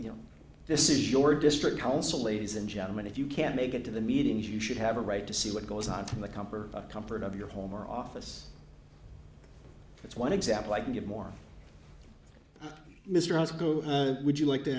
you know this is your district council ladies and gentlemen if you can't make it to the meetings you should have a right to see what goes on from the comfort of comfort of your home or office that's one example i can give more mr osgood would you like to